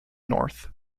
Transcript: north